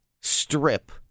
strip